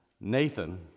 Nathan